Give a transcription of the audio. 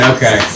Okay